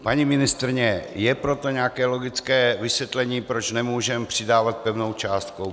Paní ministryně, je pro to nějaké logické vysvětlení, proč nemůžeme přidávat pevnou částkou?